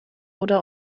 oder